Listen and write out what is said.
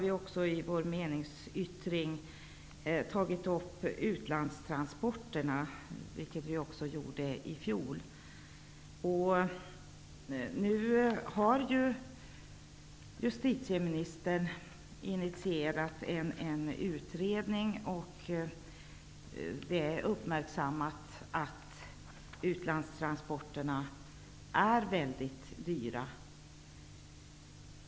Vi har i vår meningsyttring också tagit upp utlandstransporterna, vilket vi också gjorde i fjol. Nu har ju justitieministern initierat en utredning och uppmärksammat att utlandstransporterna är väldigt dyra.